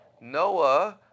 Noah